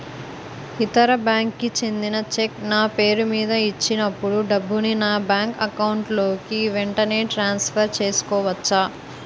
ఇతర బ్యాంక్ కి చెందిన చెక్ నా పేరుమీద ఇచ్చినప్పుడు డబ్బుని నా బ్యాంక్ అకౌంట్ లోక్ వెంటనే ట్రాన్సఫర్ చేసుకోవచ్చా?